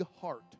heart